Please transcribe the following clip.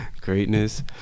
greatness